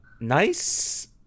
Nice